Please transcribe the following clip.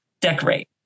Decorate